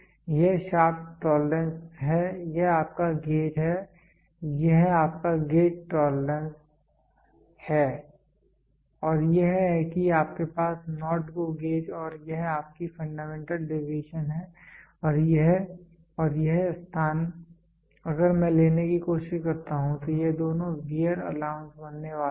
यह shaft tolerance है यह आपका गेज है यह आपका गेज टॉलरेंस है और यह है कि आपके पास NOT GO गेज है और यह आपकी फंडामेंटल डेविएशन है और यह और यह स्थान अगर मैं लेने की कोशिश करता हूं तो यह दोनों वेयर अलाउंस बनने वाले हैं